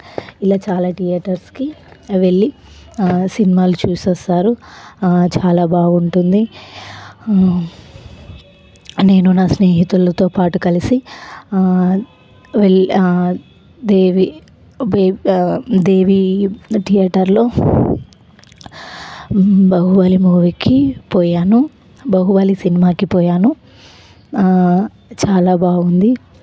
ఇలా చాలా థియేటర్స్కి వెళ్ళి ఆ సినిమాలు చూసి వస్తారు చాలా బాగుంటుంది నేను నా స్నేహితులతో పాటు కలిసి వెళ్ళి దేవి దేవి థియేటర్లో బాహుబలి మూవీకి పోయాను బాహుబలి సినిమాకి పోయాను చాలా బాగుంది